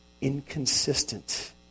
inconsistent